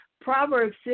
Proverbs